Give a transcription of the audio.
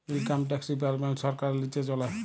income tax department ছরকারের লিচে চলে